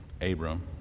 Abram